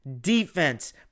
Defense